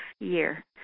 year